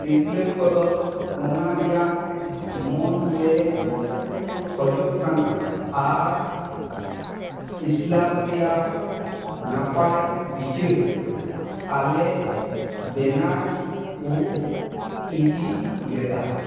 ᱛᱤᱨᱞᱟᱹ ᱠᱚᱫᱚ ᱚᱱᱟ ᱨᱮᱭᱟᱜ ᱢᱚᱱ ᱞᱮ ᱠᱷᱳᱡᱚᱜ ᱠᱟᱱᱟ ᱟᱨ ᱤᱥᱞᱟᱢ ᱨᱮᱭᱟᱜ ᱱᱟᱯᱟᱭ ᱵᱤᱪᱟᱹᱨ ᱟᱞᱮ ᱵᱮᱱᱟᱨ ᱠᱚ ᱤᱫᱤ ᱞᱮᱫᱟ